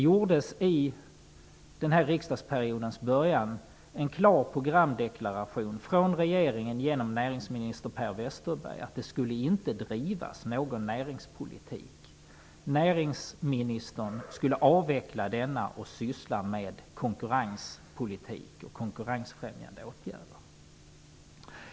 Vid den här riksdagsperiodens början gjordes det en klar programdeklaration från regeringen genom näringsminister Per Westerberg att det inte skulle bedrivas någon näringspolitik. Näringsministern skulle avvecka näringspolitiken och syssla med konkurrenspolitik och konkurrensfrämjande åtgärder.